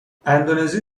اندونزی